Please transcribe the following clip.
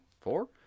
Four